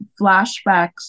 flashbacks